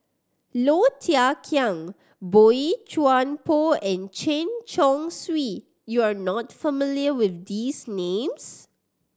Low Thia Khiang Boey Chuan Poh and Chen Chong Swee you are not familiar with these names